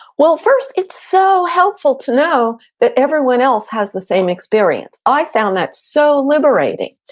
well, first, it's so helpful to know that everyone else has the same experience. i found that so liberating.